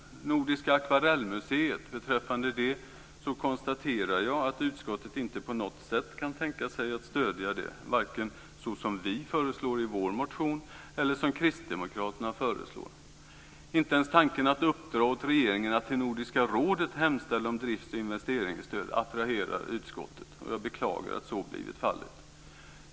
Beträffande Nordiska akvarellmuseet konstaterar jag att utskottet inte på något sätt kan tänka sig att stödja det, varken såsom vi föreslår det i vår motion eller som kristdemokraterna föreslår. Inte ens tanken att uppdra åt regeringen att till Nordiska rådet hemställa om drifts och investeringsstöd attraherar utskottet, och jag beklagar att så har blivit fallet.